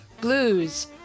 blues